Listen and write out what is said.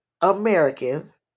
americans